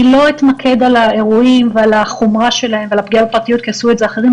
אני לא אתמקד באירועים וחומרתם על הפגיעה בפרטיות כי עשו את זה אחרים,